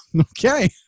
Okay